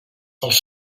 els